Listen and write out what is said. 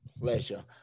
Pleasure